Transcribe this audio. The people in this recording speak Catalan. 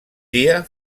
dia